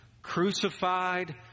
Crucified